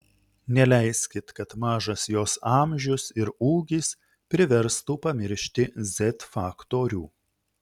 neleiskit kad mažas jos amžius ir ūgis priverstų pamiršti z faktorių